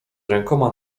rękoma